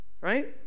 right